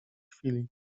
chwili